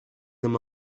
them